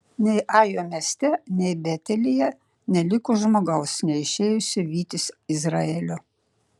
nei ajo mieste nei betelyje neliko žmogaus neišėjusio vytis izraelio